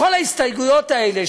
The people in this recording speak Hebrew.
בכל ההסתייגויות האלה,